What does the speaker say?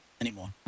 anymore